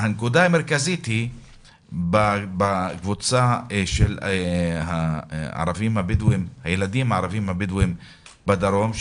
הנקודה המרכזית היא בקבוצה של הילדים הערבים הבדואים בדרום,